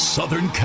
Southern